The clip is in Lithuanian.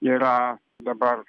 yra dabar